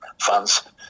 funds